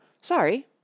Sorry